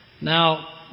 Now